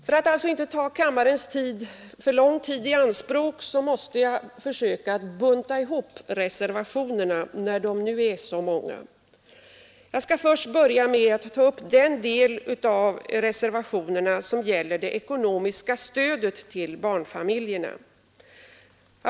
För att inte uppta kammarens tid för mycket måste jag försöka bunta ihop reservationerna, när de nu är så många. Jag skall börja med att ta upp den del av reservationerna som gäller det ekonomiska stödet till barnfamiljerna.